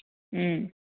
ꯎꯝ